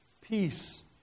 peace